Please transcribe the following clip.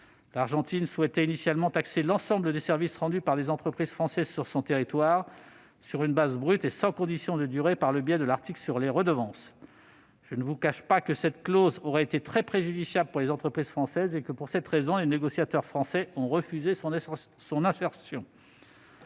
L'Argentine souhaitait initialement taxer l'ensemble des services rendus par les entreprises françaises sur son territoire, sur une base brute et sans condition de durée, par le biais de l'article sur les redevances. Dans la mesure où cette clause aurait été particulièrement préjudiciable aux entreprises françaises, les négociateurs français ont refusé de l'insérer